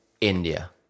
India